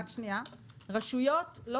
רשויות,